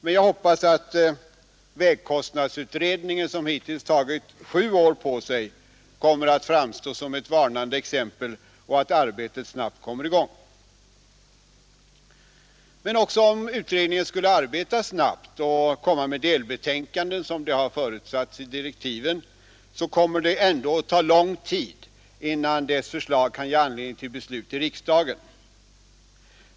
Men jag hoppas att vägkostnadsutredningen, som hittills tagit sju år på sig, skall framstå som ett varnande exempel och att arbetet snabbt kommer i gång. Men också om utredningen skulle arbeta snabbt och lägga fram delbetänkanden, som det har förutsatts i direktiven, kommer det att ta lång tid innan dess förslag kan ge anledning till beslut i riksdagen.